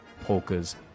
polkas